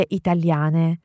italiane